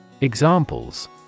Examples